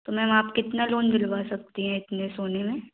तो मैम आप कितना लोन दिलवा सकती हैं इतने सोने में